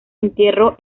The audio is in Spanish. entierro